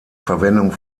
verwendung